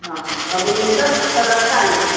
ହଁ ସବୁ ଜିନିଷ ଦଶ ଦଶଟା ଆଣିିବେ